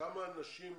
כמה נשים